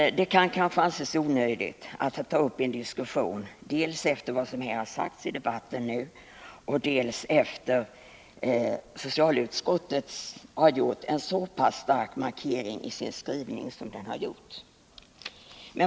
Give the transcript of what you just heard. Det kanske kan anses onödigt att ta upp en diskussion dels efter vad som har sagts i debatten nu, dels efter det att socialutskottet har gjort en så pass stark markering i sin skrivning som det har gjort.